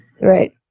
Right